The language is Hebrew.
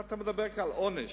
אתה מדבר קל, עונש.